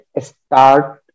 start